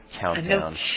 countdown